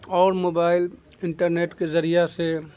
اور mobile internet کے ذریعہ سے